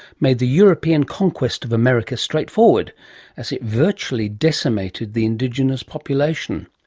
made the european conquest of america straightforward as it virtually decimated the indigenous population.